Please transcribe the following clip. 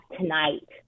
tonight